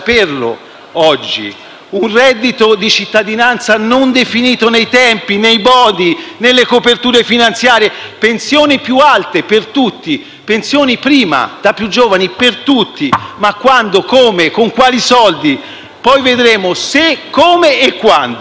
di un reddito di cittadinanza non definito nei tempi, nei modi, nelle coperture finanziarie; di pensioni più alte per tutti, di pensioni prima, da più giovani, per tutti: ma quando, come e con quali soldi? Poi vedremo il se, il come e il quando.